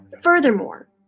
Furthermore